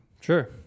Sure